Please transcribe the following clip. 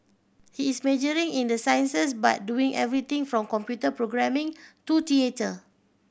he is majoring in the sciences but doing everything from computer programming to theatre